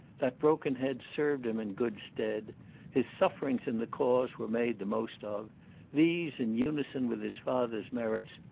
that broken head served him in good stead his sufferings in the cause were made the most of these, in unison with his father's merits,